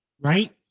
right